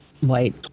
white